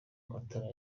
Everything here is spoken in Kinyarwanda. amatara